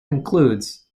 concludes